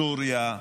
סוריה,